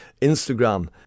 Instagram